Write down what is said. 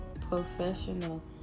professional